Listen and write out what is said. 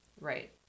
right